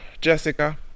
Jessica